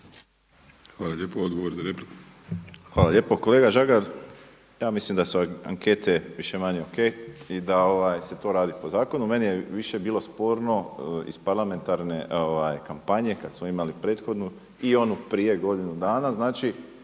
**Borić, Josip (HDZ)** Hvala lijepo. Kolega Žagar, ja mislim da su ankete više-manje o.k. i da se to radi po zakonu. Meni je više bilo sporno iz parlamentarne kampanje kada smo imali prethodnu i onu prije godinu dana,